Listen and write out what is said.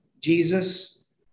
Jesus